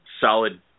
solid